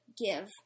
give